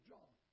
John